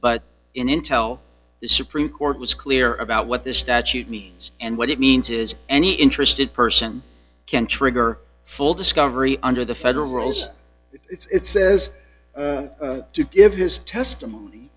but in intel the supreme court was clear about what the statute means and what it means is any interested person can trigger full discovery under the federal rules it's says to give his testimony